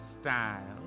style